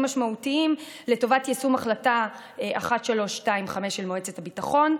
משמעותיים לטובת יישום החלטה 1325 של מועצת הביטחון.